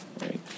right